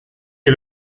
est